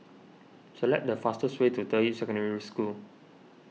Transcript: select the fastest way to Deyi Secondary School